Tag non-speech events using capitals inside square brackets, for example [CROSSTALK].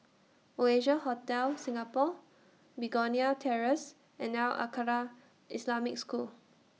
Oasia Hotel [NOISE] Singapore Begonia Terrace and Al Khairiah Islamic School